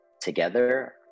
together